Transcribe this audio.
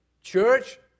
church